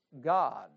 God